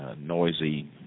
noisy